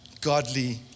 godly